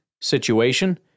situation